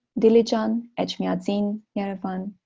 dilijan, etchmiadzin, yerevan